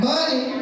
Money